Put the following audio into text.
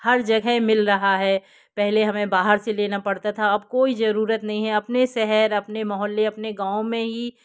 हर जगह मिल रहा है पहले हमें बाहर से लेना पड़ता था अब कोई ज़रूरत नहीं है अपने शहर अपने मोहल्लेअपने गाँव में ही